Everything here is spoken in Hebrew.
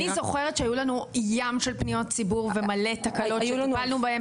אני זוכרת שהיו לנו ים של פניות ציבור ומלא תקלות שטיפלנו בהם